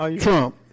Trump